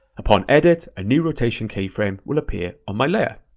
upon edit, a new rotation keyframe will appear on my layer.